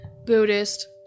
Buddhist